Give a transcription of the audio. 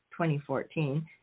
2014